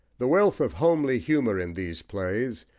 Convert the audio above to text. the wealth of homely humour in these plays,